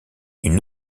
une